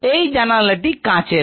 এই জানালাটি কাঁচের হয়